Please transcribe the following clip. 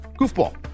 Goofball